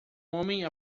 homem